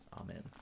Amen